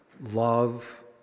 love